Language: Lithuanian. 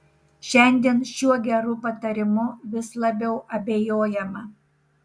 šiandien šiuo geru patarimu vis labiau abejojama